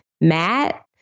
Matt